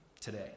today